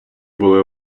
були